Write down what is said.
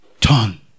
Turn